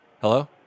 hello